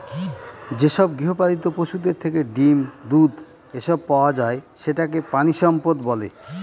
যেসব গৃহপালিত পশুদের থেকে ডিম, দুধ, এসব পাওয়া যায় সেটাকে প্রানীসম্পদ বলে